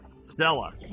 Stella